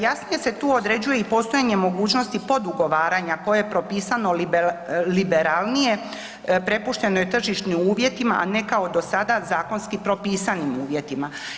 Jasnije se tu određuje i postojanje mogućnosti pod ugovaranja koje je propisano liberalnije prepušteno je tržišnim uvjetima, a ne kao sada zakonski propisanim uvjetima.